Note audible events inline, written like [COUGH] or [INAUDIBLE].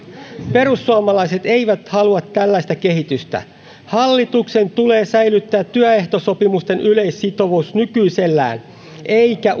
perussuomalaiset eivät halua tällaista kehitystä hallituksen tulee säilyttää työehtosopimusten yleissitovuus nykyisellään eikä [UNINTELLIGIBLE]